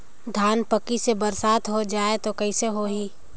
धान पक्की से बरसात हो जाय तो कइसे हो ही?